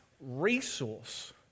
resource